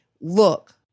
look